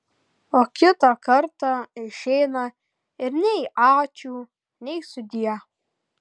o kitą kartą išeina ir nei ačiū nei sudie